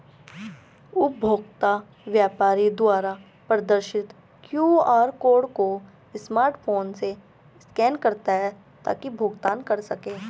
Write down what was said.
उपभोक्ता व्यापारी द्वारा प्रदर्शित क्यू.आर कोड को स्मार्टफोन से स्कैन करता है ताकि भुगतान कर सकें